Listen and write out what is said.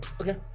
okay